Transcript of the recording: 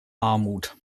armut